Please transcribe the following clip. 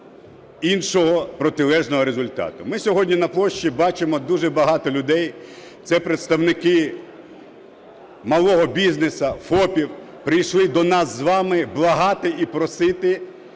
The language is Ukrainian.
іншого протилежного результату. Ми сьогодні на площі бачимо дуже багато людей, це представників малого бізнесу, ФОПів прийшли до нас з вами благати і просити